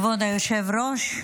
כבוד היושב-ראש,